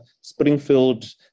Springfield